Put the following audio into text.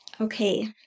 Okay